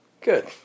Good